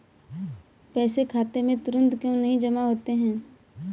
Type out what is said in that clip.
पैसे खाते में तुरंत क्यो नहीं जमा होते हैं?